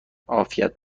عافیت